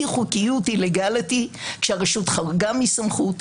אי חוקיות illegality כאשר הרשות חרגה מסמכות,